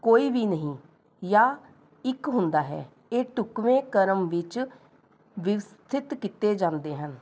ਕੋਈ ਵੀ ਨਹੀਂ ਜਾਂ ਇੱਕ ਹੁੰਦਾ ਹੈ ਇਹ ਢੁੱਕਵੇਂ ਕ੍ਰਮ ਵਿੱਚ ਵਿਵਸਥਿਤ ਕੀਤੇ ਜਾਂਦੇ ਹਨ